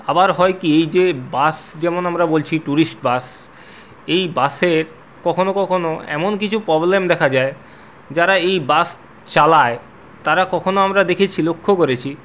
আবার হয় কী এই যে বাস যেমন আমরা বলছি ট্যুরিস্ট বাস এই বাসের কখনও কখনও এমন কিছু প্রবলেম দেখা যায় যারা এই বাস চালায় তারা কখনও আমরা দেখেছি লক্ষ্য করেছি